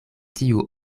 tiu